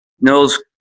knows